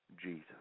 Jesus